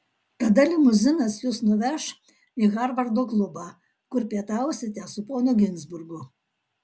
tada limuzinas jus nuveš į harvardo klubą kur pietausite su ponu ginzburgu